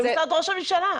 למשרד ראש הממשלה.